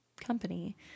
company